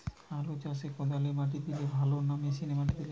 আলু চাষে কদালে মাটি দিলে ভালো না মেশিনে মাটি দিলে?